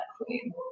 queen